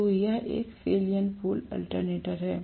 तो यह एक सेल्यन्ट पोल अल्टरनेटर है